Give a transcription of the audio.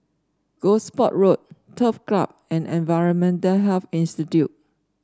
Gosport Road Turf Club and Environmental Health Institute